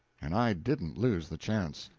and i didn't lose the chance.